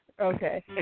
Okay